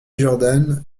jordan